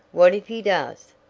what if he does?